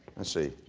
let's see,